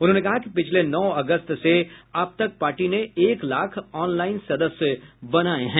उन्होंने कहा कि पिछले नौ अगस्त से अब तक पार्टी ने एक लाख ऑनलाइन सदस्य बनाया है